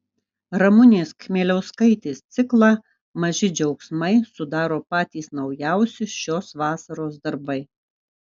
ramunės kmieliauskaitės ciklą maži džiaugsmai sudaro patys naujausi šios vasaros darbai